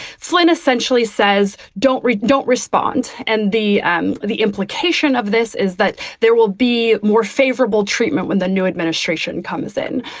flynn essentially says, don't read, don't respond. and the um the implication of this is that there will be more favorable treatment when the new administration comes in.